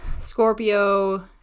Scorpio